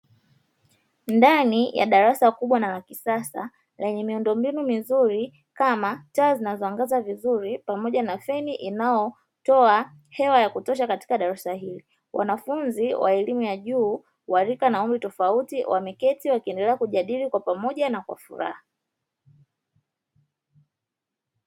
Ndani ya darasa kubwa na la kisasa lenye miundombinu mizuri kama taa zinazo angaza vizuri pamoja na feni inayotoa hewa ya kutosha katika darasa hili, wanafunzi wa elimu ya juu wa rika na umri tofauti wameketi wakiendelea kujadili kwa pamoja na kwa furaha.